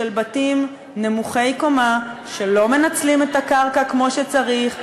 של בתים נמוכי קומה שלא מנצלים את הקרקע כמו שצריך,